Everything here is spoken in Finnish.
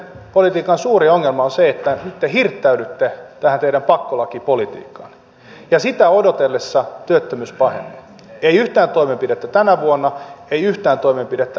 hallituksen politiikan suuri ongelma on se että te hirttäydytte tähän teidän pakkolakipolitiikkaanne ja sitä odotellessa työttömyys pahenee ei yhtään toimenpidettä tänä vuonna ei yhtään toimenpidettä ensi vuonna